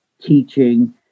teaching